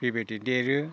बेबायदि देरो